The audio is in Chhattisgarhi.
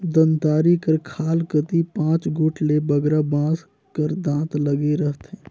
दँतारी कर खाल कती पाँच गोट ले बगरा बाँस कर दाँत लगे रहथे